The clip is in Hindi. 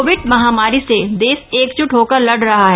कोविड महामारी से देश एकजुट होकर लड़ रहा है